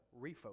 refocus